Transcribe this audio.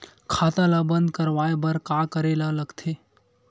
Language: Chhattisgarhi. खाता ला बंद करवाय बार का करे ला लगथे?